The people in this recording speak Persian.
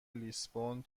لیسبون